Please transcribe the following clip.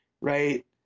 right